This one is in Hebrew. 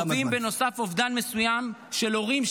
חווים בנוסף אובדן מסוים של הורים,